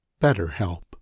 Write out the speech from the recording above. BetterHelp